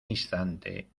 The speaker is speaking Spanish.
instante